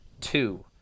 two